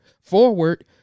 forward